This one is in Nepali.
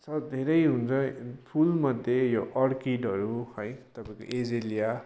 सब धेरै हुन्छ फुलमध्ये यो अर्किडहरू है तपाईँको एजेलिया